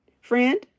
Friend